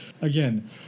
again